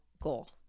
goal